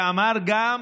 ואמר גם: